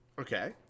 Okay